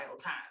time